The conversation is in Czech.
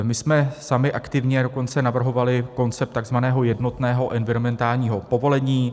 My jsme sami aktivně dokonce navrhovali koncept takzvaného jednotného environmentálního povolení.